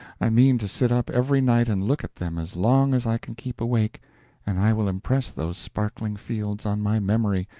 i mean to sit up every night and look at them as long as i can keep awake and i will impress those sparkling fields on my memory,